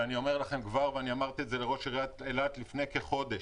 שאני אומר לכם כבר ואמרתי את זה לראש עיריית אילת לפני כחודש,